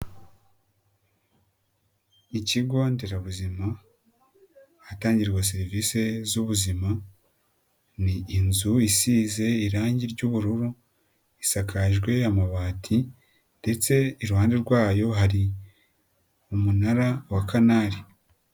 Ikigo nderabuzima ahatangirwa serivise z'ubuzima, ni inzu isize irange ry'ubururu, isakajwe amabati ndetse iruhande rwayo hari umunara wa Canal.